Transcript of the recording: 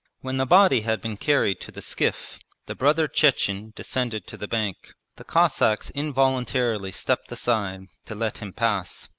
when the body had been carried to the skiff the brother chechen descended to the bank. the cossacks involuntarily stepped aside to let him pass.